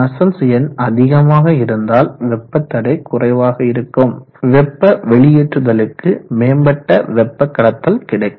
நஸ்சல்ட்ஸ் எண் அதிகமாக இருந்தால் வெப்ப தடை குறைவாக இருக்கும் வெப்ப வெளியேற்றுதலுக்கு மேம்பட்ட வெப்ப கடத்தல் கிடைக்கும்